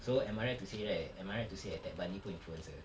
so am I right to say right am I right to say eh ted bundy pun influencer